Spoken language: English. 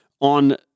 on